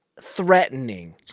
threatening